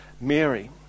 Mary